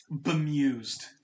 bemused